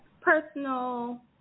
personal